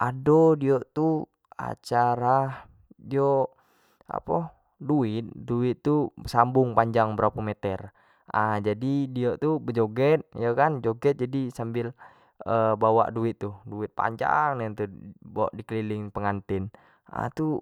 ado dio tu acara dio apo duit-duit tu sambung panjang berapo meter jadi dio tu bejoget dio kan sambal bawa duit tuh, duit panjang niantu di keliling penganten nah tu.